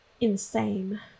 insane